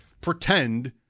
pretend